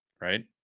right